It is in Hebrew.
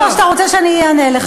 אתה רוצה לנאום, או שאתה רוצה שאענה לך?